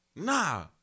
Nah